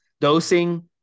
Dosing